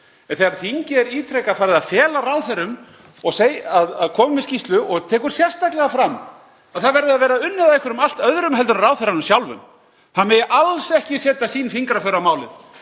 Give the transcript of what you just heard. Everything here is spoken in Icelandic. þegar þingið er ítrekað farið að fela ráðherrum að koma með skýrslu og tekur sérstaklega fram að það verði að vera unnið af einhverjum allt öðrum en ráðherranum sjálfum, hann megi alls ekki setja sín fingraför á málið,